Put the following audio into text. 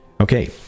Okay